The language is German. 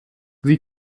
sie